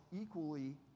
equally